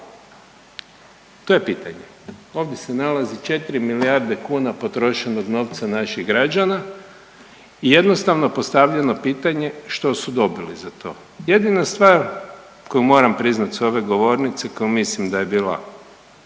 To je pitanje. Ovdje se nalazi 4 milijarde kuna potrošenog novca naših građana i jednostavno postavljeno pitanje što su dobili za? Jedina stvar koju moram priznati sa ove govornice koju mislim da je bila